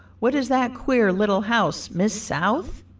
what is that queer little house, miss south?